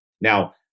Now